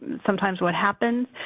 sometimes what happens.